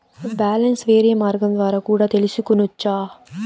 Balance వేరే మార్గం ద్వారా కూడా తెలుసుకొనొచ్చా?